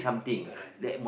correct